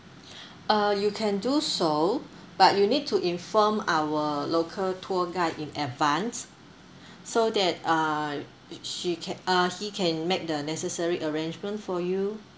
uh you can do so but you need to inform our local tour guide in advance so that uh she can uh he can make the necessary arrangement for you